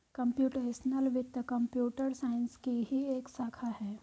computational वित्त computer science की ही एक शाखा है